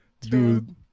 Dude